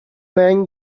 man